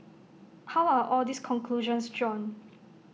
how are all these conclusions drawn